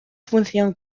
función